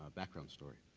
ah background story.